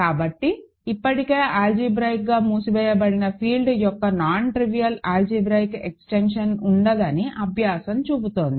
కాబట్టి ఇప్పటికే ఆల్జీబ్రాయిక్ గా మూసివేయబడిన ఫీల్డ్ యొక్క నాన్ట్రివియల్ ఆల్జీబ్రాయిక్ ఎక్స్టెన్షన్ ఉండదని అభ్యాసం చూపుతోంది